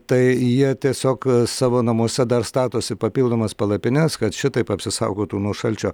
tai jie tiesiog savo namuose dar statosi papildomas palapines kad šitaip apsisaugotų nuo šalčio